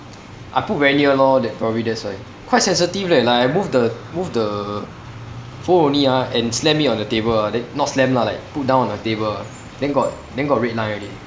I put very near lor that probably that's why quite sensitive leh like I move the move the phone only ah and slam it on the table ah then not slam lah like put down on my table ah then got then got red line already